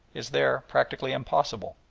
is there practically impossible.